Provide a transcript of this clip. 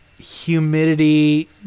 humidity